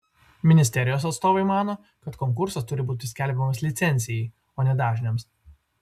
ministerijos atstovai mano kad konkursas turi būti skelbiamas licencijai o ne dažniams